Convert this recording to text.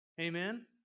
Amen